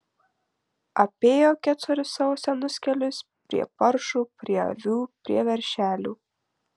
apėjo kecorius savo senus kelius prie paršų prie avių prie veršelių